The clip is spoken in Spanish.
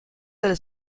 del